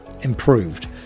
improved